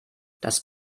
das